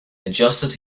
adjusted